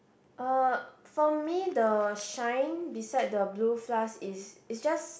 uh for me the shine beside the blue flask is is just